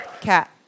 Cat